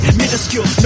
minuscule